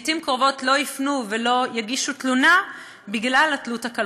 לעתים קרובות לא יפנו ולא יגישו תלונה בגלל התלות הכלכלית.